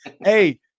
Hey